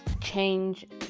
change